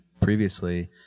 previously